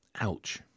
Ouch